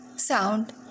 sound